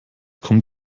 kommt